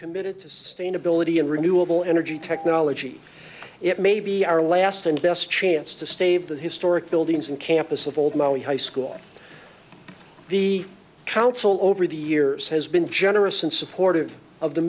committed to sustainability and renewable energy technology it may be our last and best chance to stave the historic buildings and campus of old mo high school the council over the years has been generous and supportive of the